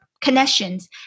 connections